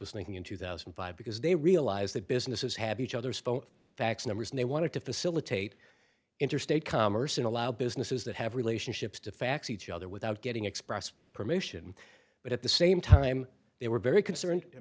thinking in two thousand and five because they realize that businesses have each other's phone fax numbers and they want to facilitate interstate commerce and allow businesses that have relationships to fax each other without getting express permission but at the same time they were very concerned